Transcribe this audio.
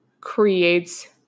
creates